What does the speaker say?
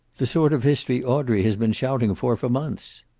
the sort of history audrey has been shouting for for months.